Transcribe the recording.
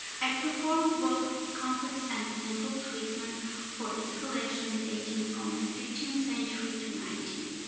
i performed both complex and simple treatments for this collection dating from fifteenth century to nineteenth.